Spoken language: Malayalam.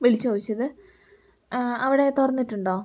വിളിച്ച് ചോദിച്ചത് അവിടെ തുറന്നിട്ടുണ്ടോ